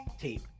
tape